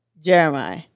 Jeremiah